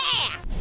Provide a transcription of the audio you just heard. yeah!